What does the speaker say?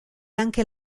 anche